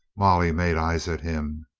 molly made eyes at him.